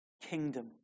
kingdom